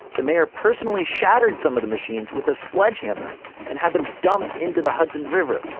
the mayor personally shattered some of the machines with a sledgehammer and had them dumped into the hudson river